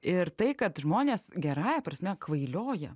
ir tai kad žmonės gerąja prasme kvailioja